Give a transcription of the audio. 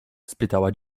spytała